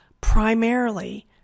Primarily